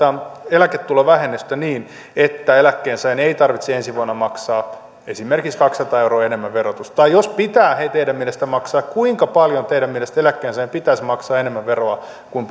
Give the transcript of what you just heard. eläketulovähennystä niin että eläkkeensaajan ei tarvitse ensi vuonna maksaa esimerkiksi kaksisataa euroa enemmän veroa tai jos pitää teidän mielestänne maksaa niin kuinka paljon teidän mielestänne keskituloisen eläkkeensaajan pitäisi maksaa enemmän veroa kuin